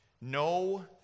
no